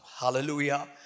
Hallelujah